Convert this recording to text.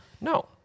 no